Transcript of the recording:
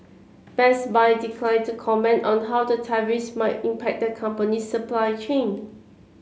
Best Buy declined to comment on how the tariffs might impact the company's supply chain